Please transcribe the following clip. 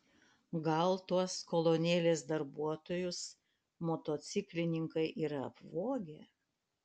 gal tuos kolonėlės darbuotojus motociklininkai yra apvogę